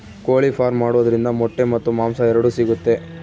ಕೋಳಿ ಫಾರ್ಮ್ ಮಾಡೋದ್ರಿಂದ ಮೊಟ್ಟೆ ಮತ್ತು ಮಾಂಸ ಎರಡು ಸಿಗುತ್ತೆ